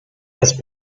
jest